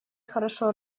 хорошо